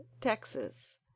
Texas